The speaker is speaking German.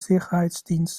sicherheitsdienst